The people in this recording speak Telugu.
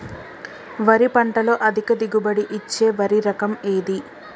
వరి పంట లో అధిక దిగుబడి ఇచ్చే వరి రకం ఏది?